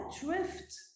drift